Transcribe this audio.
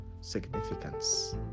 significance